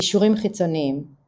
קישורים חיצוניים